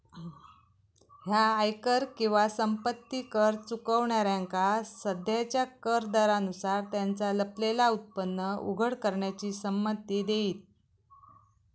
ह्या आयकर किंवा संपत्ती कर चुकवणाऱ्यांका सध्याच्या कर दरांनुसार त्यांचा लपलेला उत्पन्न उघड करण्याची संमती देईत